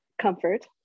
comfort